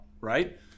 right